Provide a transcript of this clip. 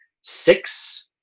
six